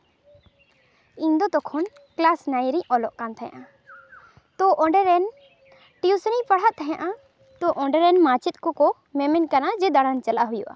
ᱤᱧ ᱫᱚ ᱛᱚᱠᱷᱚᱱ ᱠᱞᱟᱥ ᱱᱟᱭᱤᱱ ᱨᱮᱧ ᱚᱞᱚᱜ ᱠᱟᱱ ᱛᱟᱦᱮᱸᱜᱼᱟ ᱛᱚ ᱚᱸᱰᱮ ᱨᱮᱱ ᱴᱤᱭᱩᱥᱤᱱᱤᱭ ᱯᱟᱲᱦᱟᱜ ᱛᱟᱦᱮᱸᱜᱼᱟ ᱛᱚ ᱚᱸᱰᱮᱨᱮᱱ ᱢᱟᱪᱮᱫ ᱠᱚᱠᱚ ᱢᱮᱱᱮ ᱠᱟᱱᱟ ᱡᱮ ᱫᱟᱬᱟᱱ ᱪᱟᱞᱟᱜ ᱦᱩᱭᱩᱜᱼᱟ